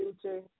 future